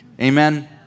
Amen